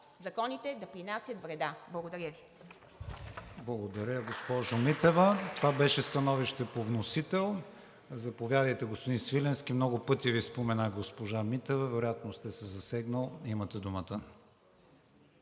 от ИТН.) ПРЕДСЕДАТЕЛ КРИСТИАН ВИГЕНИН: Благодаря, госпожо Митева. Това беше становище по вносител. Заповядайте, господин Свиленски. Много пъти Ви спомена госпожа Митева, вероятно сте се засегнал. Имате думата.